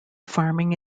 farming